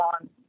on